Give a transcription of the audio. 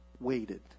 waited